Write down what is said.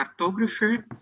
cartographer